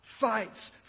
fights